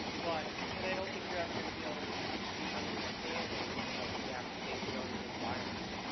but and i don't think you're ever going to be able to teach the understanding of the application on the environment.